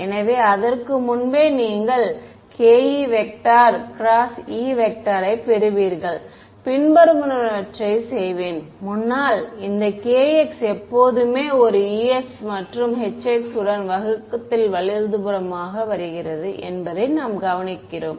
எனவே அதற்கு முன்பே நீங்கள் ke×E ஐப் பெறுவீர்கள் பின்வருவனவற்றைச் செய்வேன் முன்னாள் இந்த kx எப்போதுமே ஒரு ex மற்றும் hx உடன் வகுக்கத்தில் வலதுபுறமாக வருகிறது என்பதை நாம் கவனிக்கிறோம்